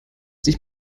dich